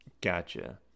Gotcha